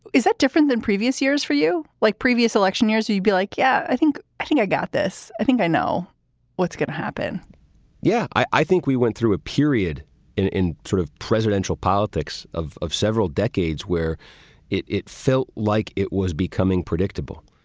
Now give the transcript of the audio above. is that different than previous years for you? like previous election years, you'd you'd be like, yeah, i think i think i got this. i think i know what's going to happen yeah, i i think we went through a period in sort of presidential politics of of several decades where it it felt like it was becoming predictable.